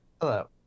Hello